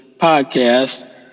podcast